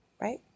right